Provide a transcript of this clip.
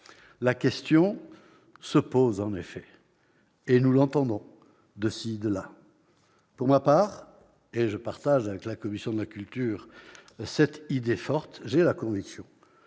La question se pose, en effet, et nous l'entendons de-ci, de-là. Pour ma part, et je partage avec la commission de la culture cette idée forte, j'ai la conviction